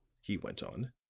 he went on,